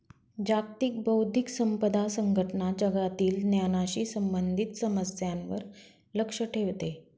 जागतिक बौद्धिक संपदा संघटना जगातील ज्ञानाशी संबंधित समस्यांवर लक्ष ठेवते